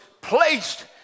placed